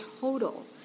total